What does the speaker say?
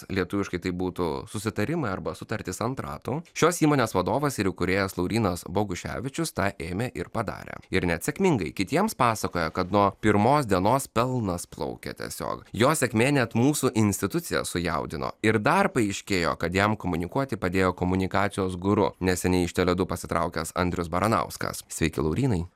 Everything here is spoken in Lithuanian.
lietuviškai tai būtų susitarimai arba sutartys ant ratų šios įmonės vadovas ir kūrėjas laurynas boguševičius tą ėmė ir padarė ir net sėkmingai kitiems pasakoja kad nuo pirmos dienos pelnas plaukia tiesiog jo sėkmė net mūsų instituciją sujaudino ir dar paaiškėjo kad jam komunikuoti padėjo komunikacijos guru neseniai iš tele dupasitraukęs andrius baranauskas sveiki laurynai